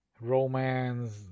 romance